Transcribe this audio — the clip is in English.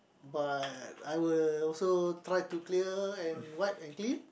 but I will also try to clear and wipe and clean